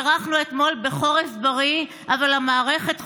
בירכנו אתמול ב"חורף בריא", אבל המערכת חולה,